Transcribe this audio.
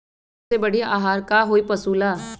सबसे बढ़िया आहार का होई पशु ला?